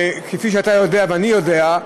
וכפי שאתה יודע ואני יודע,